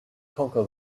conquer